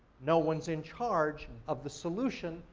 no one's in charge of the solution,